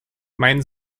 meinen